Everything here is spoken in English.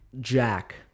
Jack